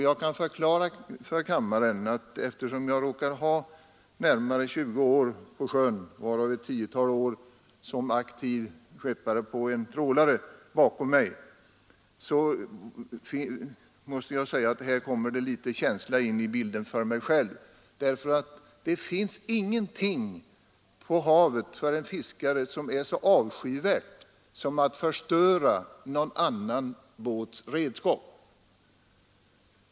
Jag kan förklara för kammaren att det här kommer litet känsla in i bilden för mig själv, eftersom jag råkar ha närmare 20 år på sjön, varav ett tiotal år som aktiv skeppare på en trålare, bakom mig. Det finns nämligen ingenting på havet som är så avskyvärt för en fiskare som att förstöra någon annan båts redskap.